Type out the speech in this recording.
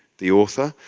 the author.